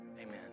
amen